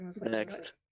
Next